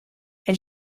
elle